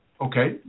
Okay